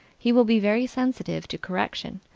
he will be very sensitive to correction,